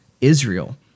Israel